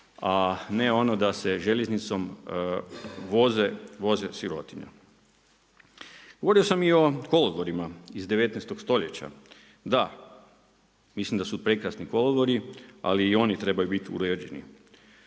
a ne ono da se željeznicom voze sirotinja. Govorio sam i o kolodvorima iz 19 stoljeća. Da, mislim da su prekrasni kolodvori, ali i oni trebaju bit uređeni.